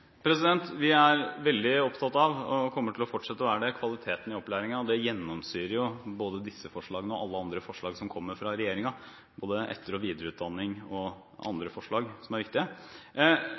periode? Vi er veldig opptatt av, og kommer til å fortsette å være opptatt av, kvaliteten i opplæringen. Det gjennomsyrer både disse forslagene og alle andre forslag som kommer fra regjeringen, både med hensyn til etter- og videreutdanning og andre forslag som er viktige.